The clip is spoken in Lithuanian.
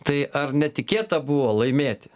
tai ar netikėta buvo laimėti